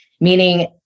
Meaning